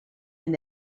and